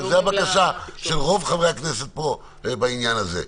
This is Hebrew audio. זאת הבקשה של רוב חברי הכנסת בעניין הזה.